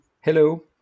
Hello